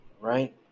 right